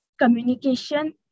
communication